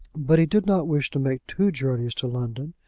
but he did not wish to make two journeys to london,